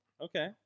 Okay